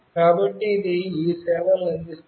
కాబట్టి ఇది ఈ సేవలను అందిస్తుంది